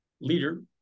leader